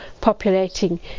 populating